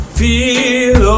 feel